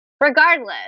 regardless